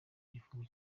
igifungo